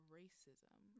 racism